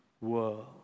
world